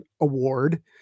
award